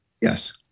Yes